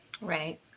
Right